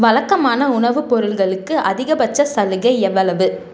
வழக்கமான உணவுப் பொருள்களுக்கு அதிகபட்ச சலுகை எவ்வளவு